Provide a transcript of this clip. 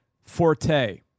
Forte